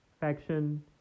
Faction